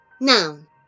Noun